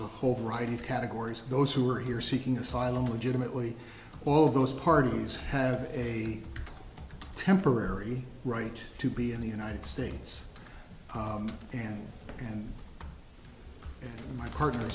a whole variety of categories those who are here seeking asylum legitimately all of those parties have a temporary right to be in the united states and and my partner